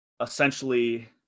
essentially